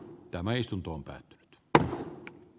tämä istuntoon tai b oikea